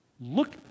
Look